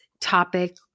topic